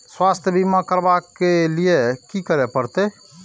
स्वास्थ्य बीमा करबाब के लीये की करै परतै?